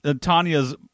Tanya's